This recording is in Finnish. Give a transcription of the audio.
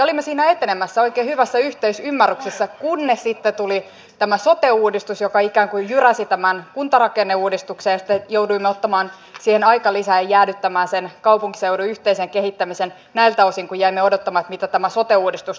olimme siinä etenemässä oikein hyvässä yhteisymmärryksessä kunnes sitten tuli tämä sote uudistus joka ikään kuin jyräsi tämän kuntarakenneuudistuksen ja sitten jouduimme ottamaan siihen aikalisän ja jäädyttämään sen kaupunkiseudun yhteisen kehittämisen näiltä osin kun jäimme odottamaan mitä tämä sote uudistus tuo tullessansa